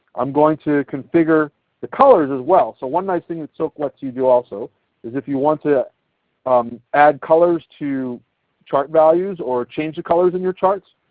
i'm going to configure the colors as well. so one nice thing that silk lets you do also is if you want to um add colors to chart values or change the colors in your charts,